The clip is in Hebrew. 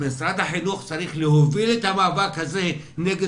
משרד החינוך צריך להוביל את המאבק הזה נגד